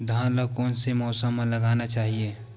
धान ल कोन से मौसम म लगाना चहिए?